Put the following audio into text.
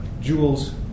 jewels